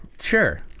Sure